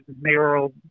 mayoral